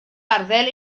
arddel